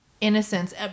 innocence